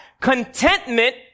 contentment